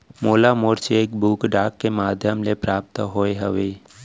मोला मोर cheque book डाक के मध्याम ले प्राप्त होय हवे